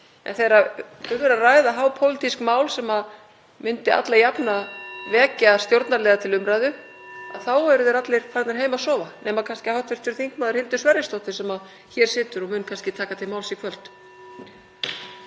en þegar um er að ræða hápólitísk mál sem myndu alla jafna vekja stjórnarliða til umræðu eru þeir allir farnir heim að sofa nema kannski hv. þm. Hildur Sverrisdóttir sem hér situr og mun kannski taka til máls í kvöld.